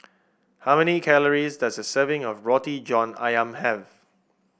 how many calories does a serving of Roti John ayam have